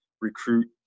recruit